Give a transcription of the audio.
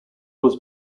was